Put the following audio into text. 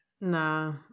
No